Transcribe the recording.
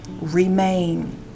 Remain